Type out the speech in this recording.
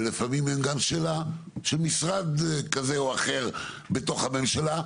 ולפעמים הם גם של משרד כזה או אחר בתוך הממשלה,